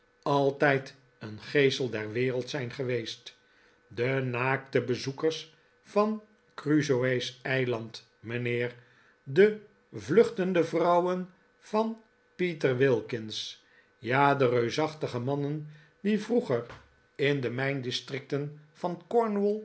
altijd een geesel der wereld zijn geweest de naakte bezoekers van crusoe's eiland mijnheer de vluchtende vrouwen van peter wilkins ja de reus achtige mannen die vroeger in de mijndistricten van